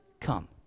come